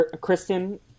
Kristen